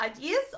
ideas